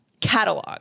catalog